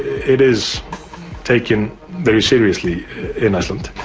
it is taken very seriously in iceland.